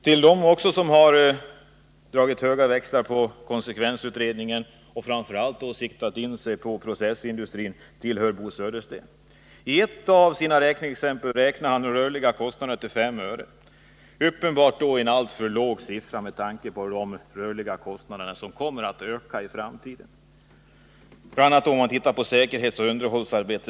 Till dem som dragit stora växlar på konsekvensutredningen hör Bo Södersten, som då framför allt siktat in sig på processindustrin. I ett av sina räkneexempel uppskattar han de rörliga kostnaderna till 5 öre/kWh, vilket uppenbart är en alltför låg siffra med tanke på att dessa kostnader i framtiden kommer att öka, bl.a. på grund av de utvidgningar som kommer att göras av insatserna på säkerhetsoch underhållsområdet.